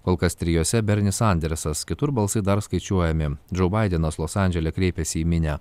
kol kas trijose bernis sandersas kitur balsai dar skaičiuojami džou baidenas los andžele kreipėsi į minią